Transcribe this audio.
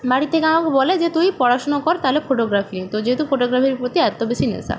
বাড়ি থেকে আমাকে বলে যে তুই পড়াশুনো কর তাহলে ফোটোগ্রাফি নিয়ে তো যেহেতু ফোটোগ্রাফির প্রতি এতো বেশি নেশা